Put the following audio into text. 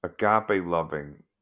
agape-loving